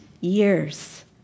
years